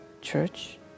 church